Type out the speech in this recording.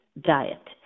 diet